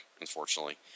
unfortunately